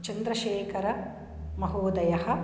चन्द्रशेखर महोदयः